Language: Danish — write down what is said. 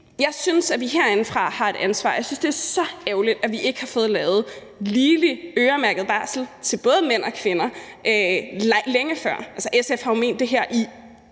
Jeg synes, at vi herindefra har et ansvar. Jeg synes, det er så ærgerligt, at vi ikke har fået lavet ligelig øremærket barsel til både mænd og kvinder længe før, altså, SF har jo ment det her i